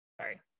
Sorry